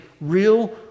real